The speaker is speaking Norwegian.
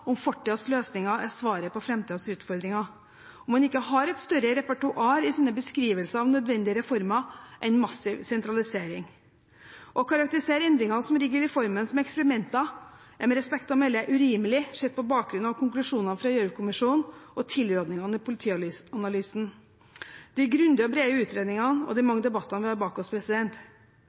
om fortidens løsninger er svaret på framtidens utfordringer, og om man ikke har et større repertoar i sine beskrivelser av nødvendige reformer enn «massiv sentralisering». Å karakterisere endringene som ligger i reformen som eksperimenter, er, med respekt å melde, urimelig, sett på bakgrunn av konklusjonene fra Gjørv-kommisjonen og tilrådingene i Politianalysen. Det er grundige og brede utredninger, og